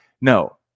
No